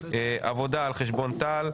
העבודה על חשבון תע"ל,